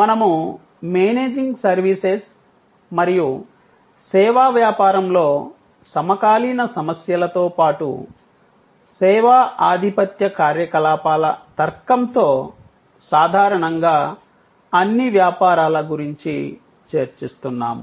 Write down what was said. మనము managing services మరియు సేవా వ్యాపారంలో సమకాలీన సమస్యలతో పాటు సేవా ఆధిపత్య కార్యకలాపాల తర్కంతో సాధారణంగా అన్ని వ్యాపారాల గురించి చర్చిస్తున్నాము